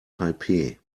taipeh